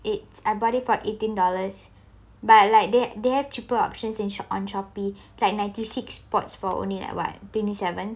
it's I bought it for eighteen dollars but like that they have cheaper options in sho~ on shopee like ninety six pods for only like what twenty seven